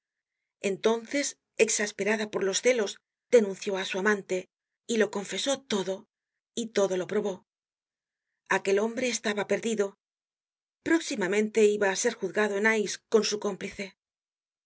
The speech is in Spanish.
entonces exasperada por los celos denunció á su amante lo confesó todo y todo lo probó aquel hombre estaba perdido próximamente iba á ser juzgado en aix con su cómplice